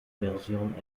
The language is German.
version